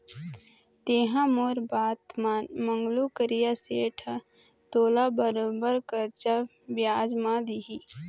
तेंहा मोर बात मान मंगलू करिया सेठ ह तोला बरोबर करजा बियाज म दिही